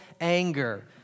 anger